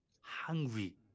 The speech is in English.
Hungry